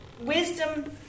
wisdom